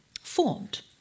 formed